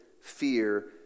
fear